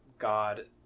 god